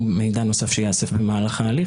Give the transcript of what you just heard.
ומידע נוסף שייאסף במהלך ההליך,